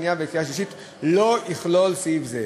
השנייה ולקריאה השלישית לא יכלול סעיף זה.